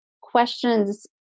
questions